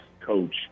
coach